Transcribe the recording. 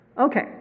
Okay